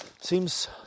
seems